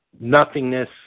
nothingness